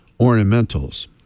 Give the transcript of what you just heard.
ornamentals